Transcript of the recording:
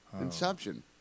Inception